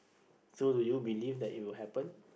so do you believe that it will happen